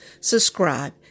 subscribe